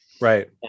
right